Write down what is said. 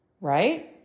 right